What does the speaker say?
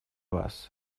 вас